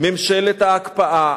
ממשלת ההקפאה.